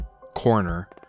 corner